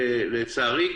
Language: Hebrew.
ולצערי,